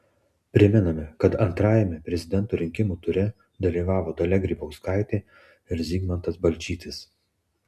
primename kad antrajame prezidento rinkimų ture dalyvavo dalia grybauskaitė ir zygmantas balčytis